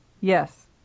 Yes